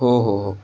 हो हो हो